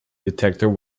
detector